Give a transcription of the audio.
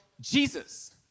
Jesus